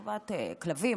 כלבים,